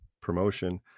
Promotion